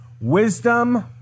wisdom